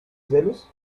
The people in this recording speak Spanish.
celos